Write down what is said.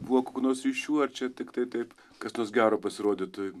buvo kokių nors ryšių ar čia tiktai taip kas nors gero pasirodė toj